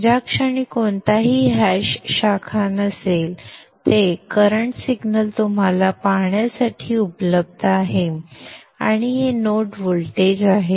ज्या क्षणी कोणतीही हॅश शाखा असेल तेव्हा ते करंट सिग्नल तुम्हाला पाहण्यासाठी उपलब्ध आहेत आणि हे नोड व्होल्टेज आहेत